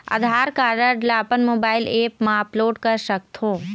आधार card ला अपन mobile app मा अपलोड कर सकथों?